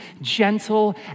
gentle